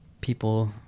people